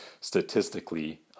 statistically